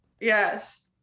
yes